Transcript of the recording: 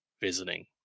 visiting